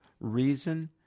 reason—